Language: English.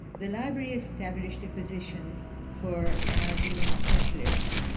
the library established a position for an armenian specialist.